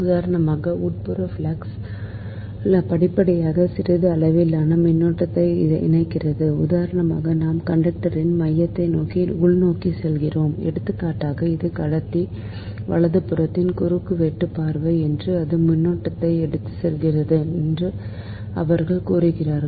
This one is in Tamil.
உதாரணமாக உட்புற ஃப்ளக்ஸ் படிப்படியாக சிறிய அளவிலான மின்னோட்டத்தை இணைக்கிறது உதாரணமாக நாம் கண்டக்டரின் மையத்தை நோக்கி உள்நோக்கிச் செல்கிறோம் எடுத்துக்காட்டாக இது கடத்தி வலதுபுறத்தின் குறுக்கு வெட்டு பார்வை என்றும் அது மின்னோட்டத்தை எடுத்துச் செல்கிறது என்று அவர்கள் கூறுகிறார்கள்